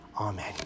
Amen